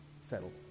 settle